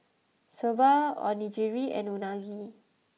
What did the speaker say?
Soba Onigiri and Unagi